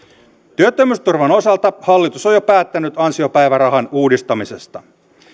työttömyysturvan osalta hallitus on jo päättänyt ansiopäivärahan uudistamisesta